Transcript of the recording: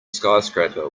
skyscraper